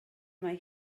mae